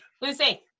Lucy